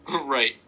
Right